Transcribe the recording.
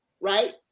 right